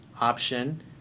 option